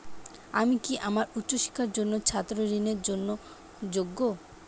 আমি কি আমার উচ্চ শিক্ষার জন্য ছাত্র ঋণের জন্য যোগ্য?